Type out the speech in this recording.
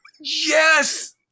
Yes